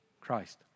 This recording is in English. Christ